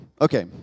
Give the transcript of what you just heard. Okay